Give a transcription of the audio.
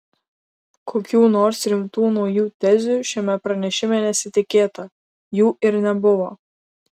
kokių nors rimtų naujų tezių šiame pranešime nesitikėta jų ir nebuvo